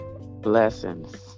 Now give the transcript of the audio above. Blessings